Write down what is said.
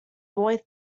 boy